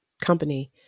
company